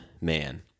man